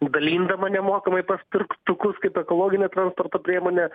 dalindama nemokamai paspirtukus kaip ekologinė transporto priemonę